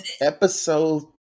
Episode